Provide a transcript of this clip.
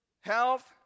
health